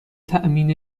تأمین